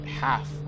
half